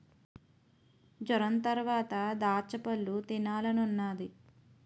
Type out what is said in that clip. జొరంతరవాత దాచ్చపళ్ళు తినాలనున్నాది